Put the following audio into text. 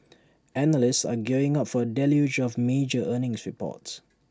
analysts are gearing up for A deluge of major earnings reports